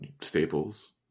staples